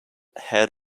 had